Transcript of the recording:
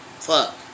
Fuck